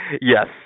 Yes